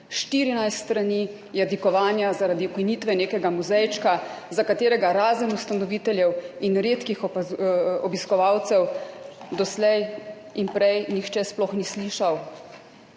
14 strani jadikovanja zaradi ukinitve nekega muzejčka, za katerega razen ustanoviteljev in redkih obiskovalcev doslej in prej nihče sploh ni slišal.